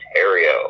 Ontario